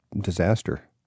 disaster